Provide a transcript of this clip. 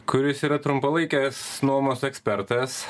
kuris yra trumpalaikės nuomos ekspertas